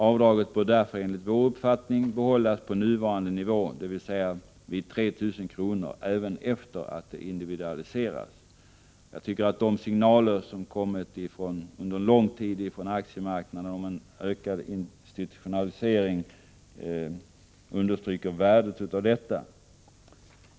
Avdraget bör därför, enligt vår uppfattning, behållas på nuvarande nivå, dvs. vid 3 000 kr., även efter en individualisering. Jag tycker att de signaler som under en lång tid kommit från aktiemarknaden om en ökad institutionalisering understryker värdet av detta.